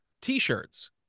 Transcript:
T-shirts